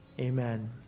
Amen